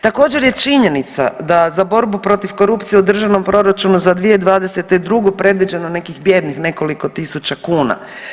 Također je činjenica da za borbu protiv korupcije u državnom proračunu za 2022. predviđeno nekih bijednih nekoliko tisuća kuna.